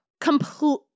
Complete